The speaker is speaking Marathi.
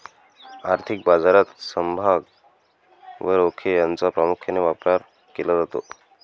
आर्थिक बाजारात समभाग व रोखे यांचा प्रामुख्याने व्यापार केला जातो